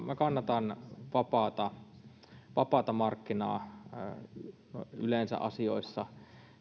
minä kannatan vapaata vapaata markkinaa yleensä asioissa